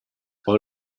all